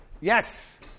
Yes